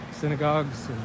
synagogues